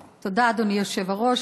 תודה, אדוני היושב-ראש.